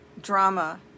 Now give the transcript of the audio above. drama